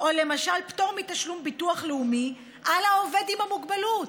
או למשל פטור מתשלום ביטוח לאומי על העובד עם המוגבלות,